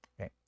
okay